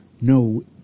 no